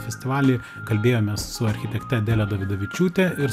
festivalį kalbėjomės su architekte adele dovydavičiūte ir